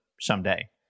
someday